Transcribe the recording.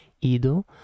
Ido